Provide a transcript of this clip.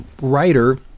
writer